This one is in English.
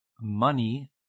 money